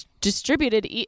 distributed